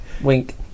Wink